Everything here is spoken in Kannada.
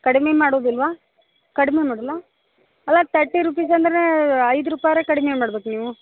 ಕಡ್ಮೆ ಮಾಡುದಿಲ್ಲವಾ ಕಡ್ಮೆ ಮಾಡಲ್ಲ ಅಲ್ಲ ತರ್ಟಿ ರುಪೀಸ್ ಅಂದರೆ ಐದು ರೂಪಾಯಾದ್ರು ಕಡ್ಮೆ ಮಾಡ್ಬೇಕು ನೀವು